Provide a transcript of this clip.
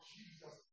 Jesus